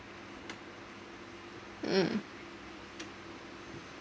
um